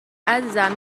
عزیزم